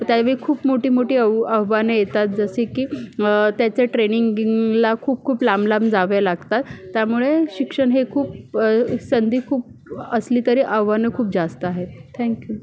तर त्यावेळी खूप मोठीमोठी आव आव्हाने येतात जसे की त्याच्या ट्रेनिंग ला खूपखूप लांबलांब जावे लागतं त्यामुळे शिक्षण हे खूप संधी खूप असली तरी आव्हानं खूप जास्त आहे थँक यू